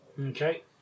Okay